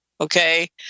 okay